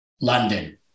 London